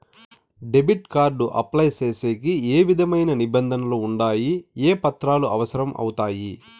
Debit card apply సేసేకి ఏ విధమైన నిబంధనలు ఉండాయి? ఏ పత్రాలు అవసరం అవుతాయి?